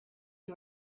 you